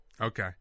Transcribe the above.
Okay